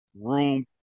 room